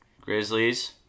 Grizzlies